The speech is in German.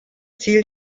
ziel